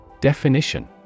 Definition